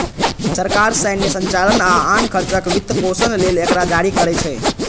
सरकार सैन्य संचालन आ आन खर्चक वित्तपोषण लेल एकरा जारी करै छै